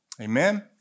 Amen